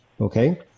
Okay